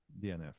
DNF